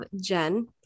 Jen